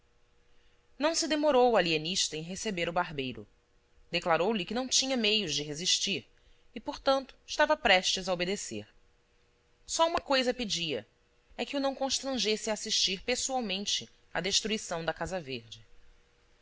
não se demorou o alienista em receber o barbeiro declarou-lhe que não tinha meios de resistir e portanto estava prestes a obedecer só uma coisa pedia é que o não constrangesse a assistir pessoalmente à destruição da casa verde